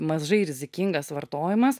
mažai rizikingas vartojimas